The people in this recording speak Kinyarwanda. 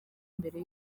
mbere